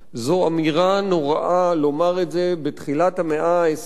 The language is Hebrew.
זו אמירה נוראה לומר את זה בתחילת המאה ה-21,